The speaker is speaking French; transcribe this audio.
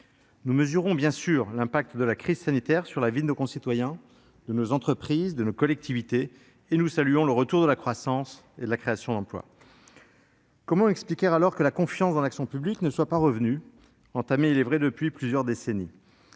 Nous mesurons, bien sûr, l'impact de la crise sanitaire sur la vie de nos concitoyens, de nos entreprises et de nos collectivités territoriales. Et nous saluons le retour de la croissance et de la création d'emplois. Mais comment expliquer que la confiance dans l'action publique, entamée il est vrai depuis plusieurs décennies,